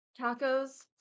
tacos